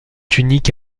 unique